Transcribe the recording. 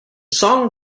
song